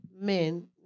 men